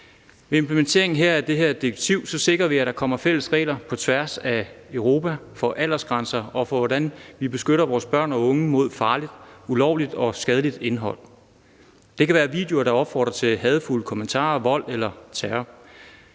Ved implementeringen her af det her direktiv sikrer vi, at der kommer fælles regler på tværs af Europa for aldersgrænser og for, hvordan vi beskytter vores børn og unge mod farligt, ulovligt og skadeligt indhold. Det kan være videoer, der opfordrer til hadefulde kommentarer, vold eller terror.